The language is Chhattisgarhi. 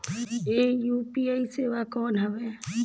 ये यू.पी.आई सेवा कौन हवे?